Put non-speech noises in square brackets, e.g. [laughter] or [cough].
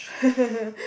[breath]